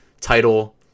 title